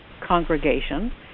congregation